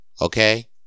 okay